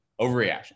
Overreaction